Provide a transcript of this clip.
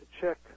check